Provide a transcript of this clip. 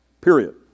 Period